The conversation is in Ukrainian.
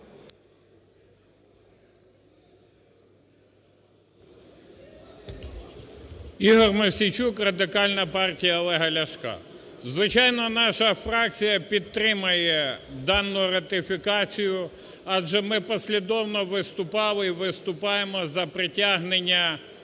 Ігор Мосійчук, Радикальна партія Олега Ляшка. Звичайно, наша фракція підтримає дану ратифікацію, адже ми послідовно виступали і виступаємо за притягнення